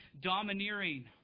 domineering